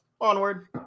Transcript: Onward